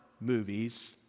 movies